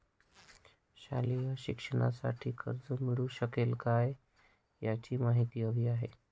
शालेय शिक्षणासाठी कर्ज मिळू शकेल काय? याची माहिती हवी आहे